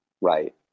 Right